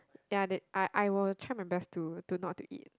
ya then I I was try my best to not to eat